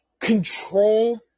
control